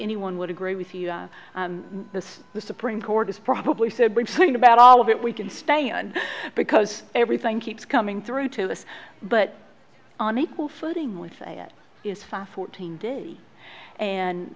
anyone would agree with you on this the supreme court has probably said something about all of it we can stay on because everything keeps coming through to us but on equal footing with a it is five fourteen day and